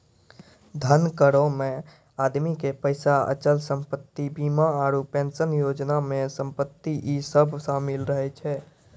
धन करो मे आदमी के पैसा, अचल संपत्ति, बीमा आरु पेंशन योजना मे संपत्ति इ सभ शामिल रहै छै